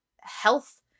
health